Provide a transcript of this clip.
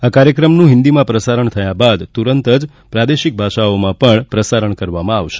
આ કાર્યક્રમનું હિન્દીમાં પ્રસારણ થયા બાદ તુરંત જ પ્રાદેશિક ભાષાઓમાં પણ પ્રસારણ કરવામાં આવશે